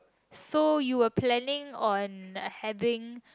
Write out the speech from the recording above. so you'll planning on having